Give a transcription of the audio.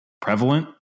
prevalent